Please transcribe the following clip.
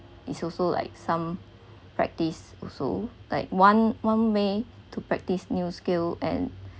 it's also like some practice also like one one may to practise new skill and